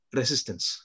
resistance